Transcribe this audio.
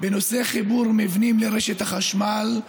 בנושא חיבור מבנים לרשת החשמל.